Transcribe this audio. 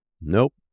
Nope